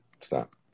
stop